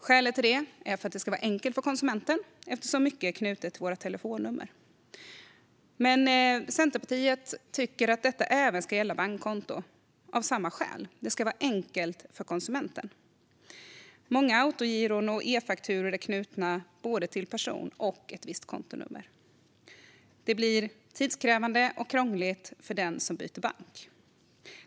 Skälet till det är att det ska vara enkelt för konsumenten - mycket är ju knutet till våra telefonnummer. Centerpartiet tycker att detta även ska gälla bankkontonummer, av samma skäl. Det ska vara enkelt för konsumenten. Många autogiron och e-fakturor är knutna både till person och till ett visst kontonummer. Det blir tidskrävande och krångligt för den som byter bank.